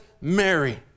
Mary